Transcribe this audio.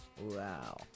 Wow